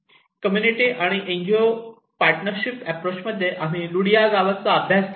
community आणि NGO partnership approach मध्ये आम्ही लुडिया गावाचा अभ्यास केला